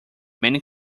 many